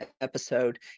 episode